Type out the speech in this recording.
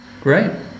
Great